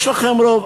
יש לכם רוב,